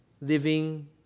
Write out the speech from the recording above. Living